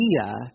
idea